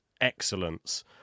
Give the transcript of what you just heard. excellence